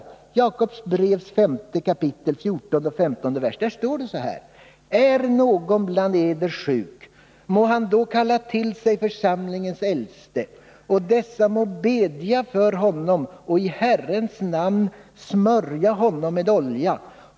I Jakobs brev, 5 kap. 14 och 15 versen står: ”--- Är någon bland eder sjuk, må han då kalla till sig församlingens äldste; och dessa må bedja över honom och i Herrens namn smörja honom med olja.